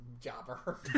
jobber